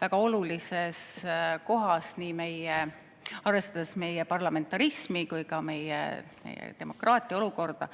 väga olulises kohas arvestades nii meie parlamentarismi kui ka meie demokraatia olukorda.